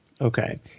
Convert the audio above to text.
Okay